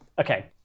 Okay